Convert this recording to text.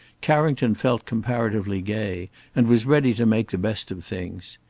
carrington felt comparatively gay and was ready to make the best of things.